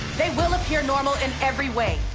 they will appear normal in every way,